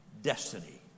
destiny